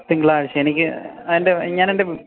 തിങ്കളാഴ്ച എനിക്ക് അതിൻ്റെ ഞാൻ എൻ്റെ